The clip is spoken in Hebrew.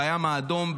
בים האדום,